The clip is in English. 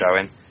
showing